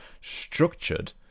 structured